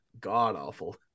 god-awful